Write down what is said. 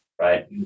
right